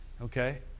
Okay